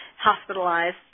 hospitalized